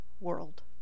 world